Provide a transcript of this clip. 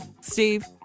Steve